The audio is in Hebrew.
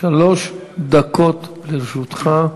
שלוש דקות לרשותך.